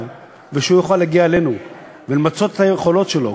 ושהוא יוכל להגיע אלינו ולמצות את היכולות שלו.